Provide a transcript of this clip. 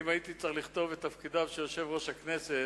אם הייתי צריך לכתוב את תפקידיו של יושב-ראש הכנסת,